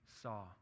saw